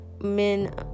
men